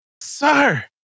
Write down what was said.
sir